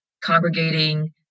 congregating